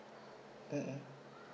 mmhmm